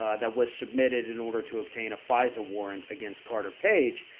ah that was submitted in order to obtain a pfizer warrant against carter page.